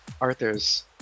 arthur's